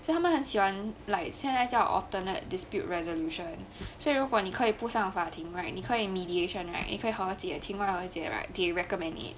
then 他们很喜欢 like 现在叫 alternate dispute resolution 所以如果你可以不上法庭 right 你可以 mediation right 你可以和解庭外和解 right they recommend leh